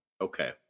Okay